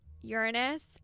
Uranus